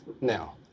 Now